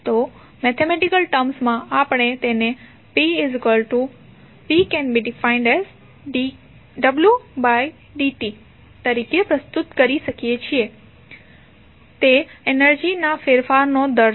તો mathematical terms માં આપણે તેને p≜dwdt તરીકે પ્રસ્તુત કરી શકીએ છીએ તે એનર્જીના ફેરફારનો દર છે